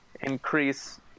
increase